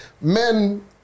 Men